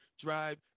drive